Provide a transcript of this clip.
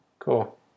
Cool